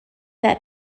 that